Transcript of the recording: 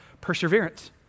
perseverance